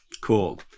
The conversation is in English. Cool